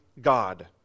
God